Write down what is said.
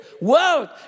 world